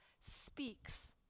speaks